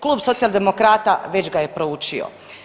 Klub Socijaldemokrata već ga je proučio.